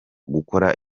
gukora